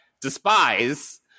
despise